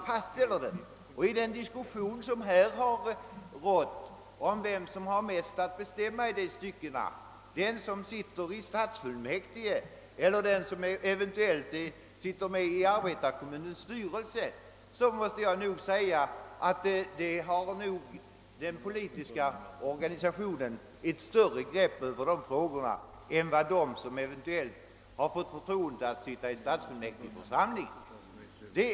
Med anledning av den diskussion som förts om vem som har mest att bestämma i politiskt avseende, den som sitter i stadsfullmäktige eller den som är medlem av arbetarkommunens styrelse, vill jag säga att den politiska organisationen har ett större grepp över dessa frågor än de som råkat få förtroendet att sitta i stadsfullmäktigeförsamlingen.